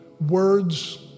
words